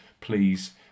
please